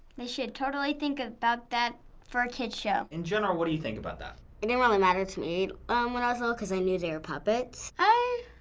they should totally think about that for a kid show. in general, what do you think about that? it didn't really matter to me when i was little because i knew they were puppets. i